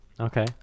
okay